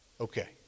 Okay